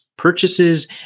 Purchases